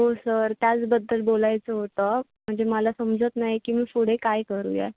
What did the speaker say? हो सर त्याचबद्दल बोलायचं होतं म्हणजे मला समजत नाही की मी पुढे काय करूयात